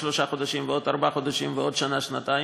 שלושה חודשים ועוד ארבעה חודשים ועוד שנה-שנתיים.